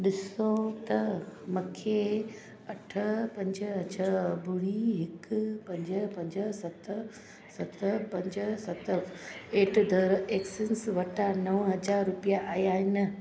ॾिसो त मूंखे अठ पंज छह ॿुड़ी हिकु पंज पंज सत सत पंज सत एट द एक्सिस वटां नव हज़ार रुपिया आया या न